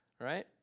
right